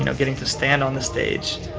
you know getting to stand on the stage.